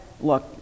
look